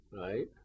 right